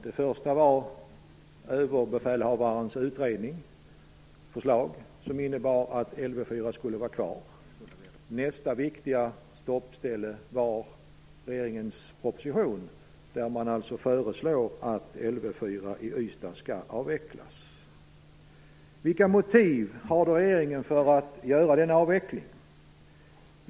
Det första var Överbefälhavarens utredning och förslag som innebar att Lv 4 skulle vara kvar. Nästa viktiga stoppställe var regeringens proposition, där den föreslår att Lv 4 i Ystad skall avvecklas. Vilka motiv har regeringen för att göra denna avveckling?